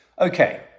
Okay